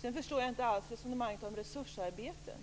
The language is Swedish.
Sedan förstod jag inte alls resonemanget om resursarbeten.